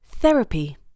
Therapy